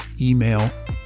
email